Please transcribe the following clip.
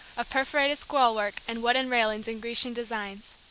of perforated scroll work and wooden railings in grecian designs.